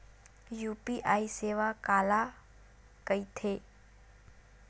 UPI सेवा काला कइथे?